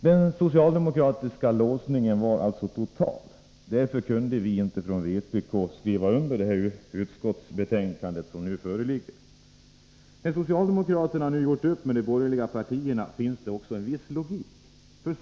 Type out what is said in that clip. Den socialdemokratiska låsningen var alltså total, och därför kunde vi från vpk inte skriva under det här utskottsbetänkandet som nu föreligger. När socialdemokraterna nu gjort upp med de borgerliga partierna finns det också en viss logik däri.